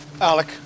Alec